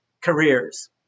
careers